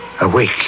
Awake